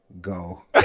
go